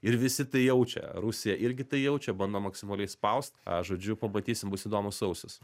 ir visi tai jaučia rusija irgi tai jaučia bando maksimaliai spaust a žodžiu pamatysim bus įdomus sausis